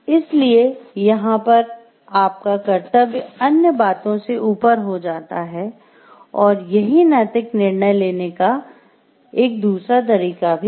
इसलिए यहां पर आपका कर्तव्य अन्य बातों से ऊपर हो जाता है और यही नैतिक निर्णय लेने का एक दूसरा तरीका भी है